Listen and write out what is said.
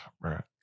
Right